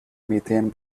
methane